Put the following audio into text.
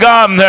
God